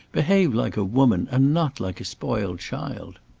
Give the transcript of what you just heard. behave like a woman, and not like a spoiled child!